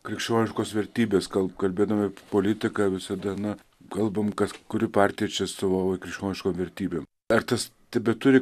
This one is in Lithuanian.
krikščioniškos vertybės kal kalbėdami apie politiką visada na kalbam kad kuri partija čia atstovauja krikščioniškom vertybėm ar tas tebeturi